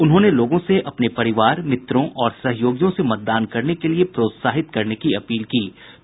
उन्होंने लोगों से अपने परिवार मित्रों और सहयोगियों से मतदान करने के लिए प्रोत्साहित करने की अपील की है